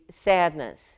sadness